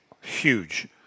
Huge